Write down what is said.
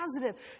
positive